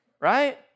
right